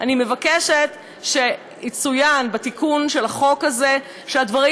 אני מבקשת שבתיקון של החוק הזה יצוין שהדברים